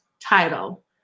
title